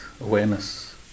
awareness